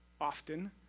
Often